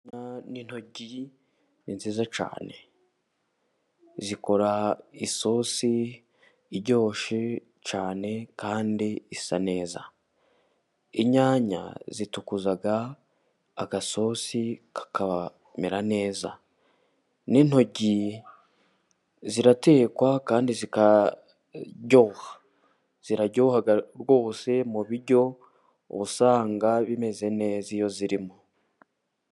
Inyanya n'intoryi ni nziza cyane. Zikora isosi iryoshye cyane kandi isa neza. Inyanya zitukuza agasosi kakamera neza, n'intoryi ziratekwa kandi zikaryoha. ziraryoha rwose mu biryo ubusanga bimeze neza iyo zirimo.